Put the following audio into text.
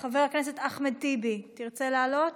חבר הכנסת אחמד טיבי, תרצה לעלות?